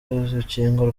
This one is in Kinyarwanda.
urukingo